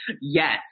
Yes